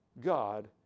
God